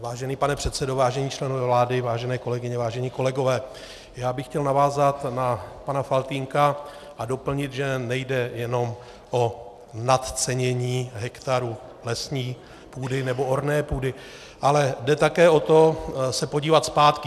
Vážený pane předsedo, vážení členové vlády, vážené kolegyně, vážení kolegové, já bych chtěl navázat na pana Faltýnka a doplnit, že nejde jenom o nadcenění hektarů lesní nebo orné půdy, ale jde také o to se podívat zpátky.